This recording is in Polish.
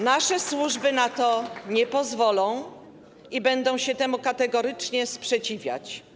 Nasze służby na to nie pozwolą i będą się temu kategorycznie sprzeciwiać.